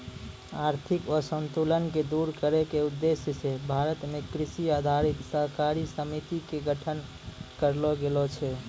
आर्थिक असंतुल क दूर करै के उद्देश्य स भारत मॅ कृषि आधारित सहकारी समिति के गठन करलो गेलो छै